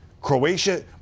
Croatia